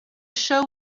show